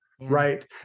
Right